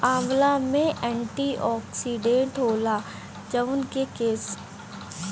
आंवला में एंटीओक्सिडेंट होला जवन की केंसर के इलाज में फायदा करेला